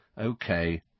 Okay